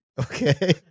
Okay